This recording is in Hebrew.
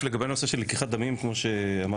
לגבי הנושא של לקיחת דמים: כמו שאמר